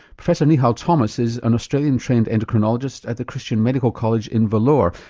professor nihal thomas is an australian trained endocrinologist at the christian medical college in vellore,